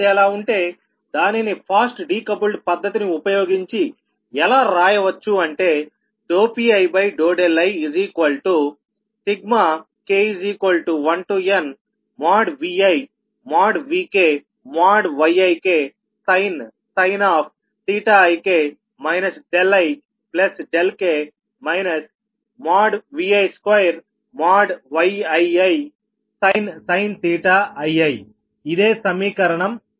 అది అలా ఉంటేదానిని ఫాస్ట్ డికపుల్డ్ పద్ధతిని ఉపయోగించి ఎలా రాయవచ్చు అంటే Piik1nViVkYiksin ik ik Vi2Yiisin ii ఇదే సమీకరణం 65